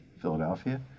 Philadelphia